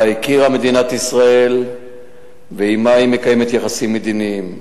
שבה הכירה מדינת ישראל ועמה היא מקיימת יחסים מדיניים.